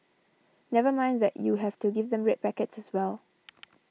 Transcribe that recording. never mind that you have to give them red packets as well